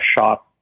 shot